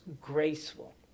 graceful